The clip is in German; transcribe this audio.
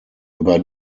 über